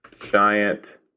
giant